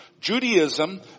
Judaism